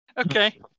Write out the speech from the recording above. Okay